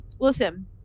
listen